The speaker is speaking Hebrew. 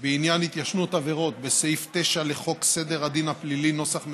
בעניין התיישנות עבירות בסעיף 9 לחוק סדר הדין הפלילי [נוסח משולב],